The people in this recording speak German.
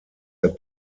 der